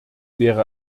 wäre